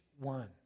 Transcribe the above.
one